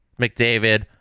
McDavid